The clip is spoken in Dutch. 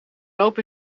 loop